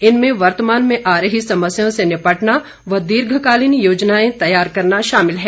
इनमें वर्तमान में आ रही समस्याओं से निपटना व दीर्घकालीन योजनाएं तैयार करना शामिल हैं